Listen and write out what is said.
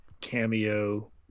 cameo